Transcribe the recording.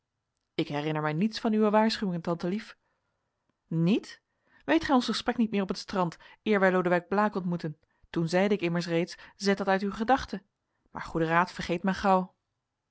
ik herinner mij niets van uwe waarschuwingen tante lief niet weet gij ons gesprek niet meer op het strand eer wij lodewijk blaek ontmoetten toen zeide ik immers reeds zet dat uit uwe gedachten maar goeden raad vergeet men gauw